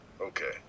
Okay